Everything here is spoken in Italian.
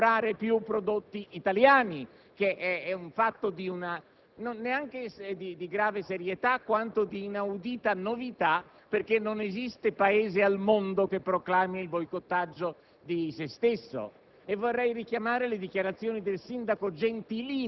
dichiarato da Umberto Bossi, che chiede di non comprare più prodotti italiani: un fatto non tanto di grave serietà quanto di inaudita novità, perché non esiste Paese al mondo che proclami il boicottaggio di se stesso.